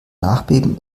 nachbeben